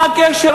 מה הקשר?